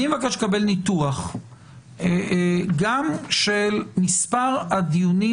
אני מבקש לקבל ניתוח גם של מספר הדיונים